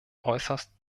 äußerst